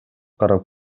карап